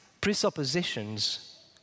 presuppositions